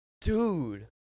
Dude